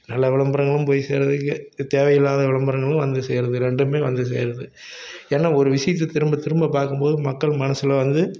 நல்ல விளம்பரங்களும் போய் சேருது இது தேவையில்லாத விளம்பரங்களும் வந்து சேருது ரெண்டும் வந்து சேருது என்ன ஒரு விஷயத்த திரும்ப திரும்ப பார்க்கும் போது மக்கள் மனதில் வந்து